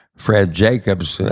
fred jacobs,